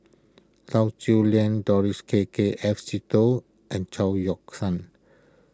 Lau Siew Lang Doris K K F Seetoh and Chao Yoke San